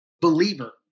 believer